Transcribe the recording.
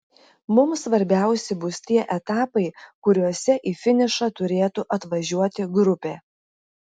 mums svarbiausi bus tie etapai kuriuose į finišą turėtų atvažiuoti grupė